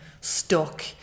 stuck